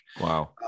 Wow